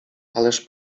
ależ